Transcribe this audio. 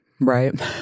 Right